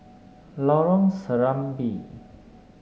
Lorong Serambi